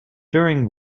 during